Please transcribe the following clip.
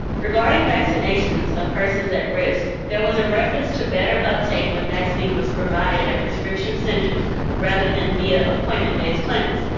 regarding vaccinations of persons at risk there was a reference to better uptake when vaccine was provided at prescription centers rather than via appointment-based clinics.